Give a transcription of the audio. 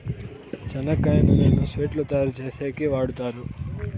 చెనక్కాయ నూనెను స్వీట్లు తయారు చేసేకి వాడుతారు